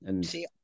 See